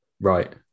Right